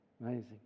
Amazing